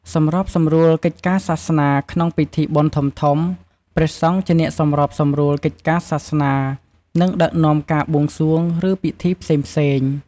ព្រះអង្គធានាថាភ្ញៀវអាចចូលរួមក្នុងពិធីដោយរលូន និងយល់អំពីអត្ថន័យនៃកិច្ចពិធីនីមួយៗ។